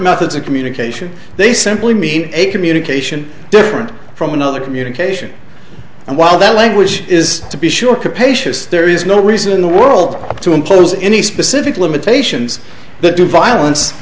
methods of communication they simply mean a communication different from another communication and while that language is to be sure capacious there is no reason in the world to impose any specific limitations that do violence